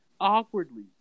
awkwardly